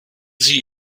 sie